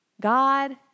God